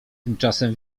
tymczasem